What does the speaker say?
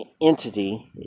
entity